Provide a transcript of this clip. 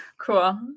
Cool